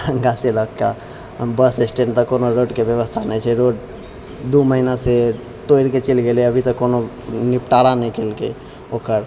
मरङ्गासँ लअ कए bus stand तक कोनो रोडके व्यवस्था नहि छै रोड दू महीनासँ तोड़ि कऽ चलि गेलै अभी तक कोनो निपटारा नहि केलकै ओकर